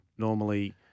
Normally